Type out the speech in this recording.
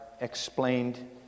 explained